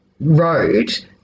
road